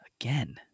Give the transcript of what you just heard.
Again